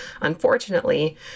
Unfortunately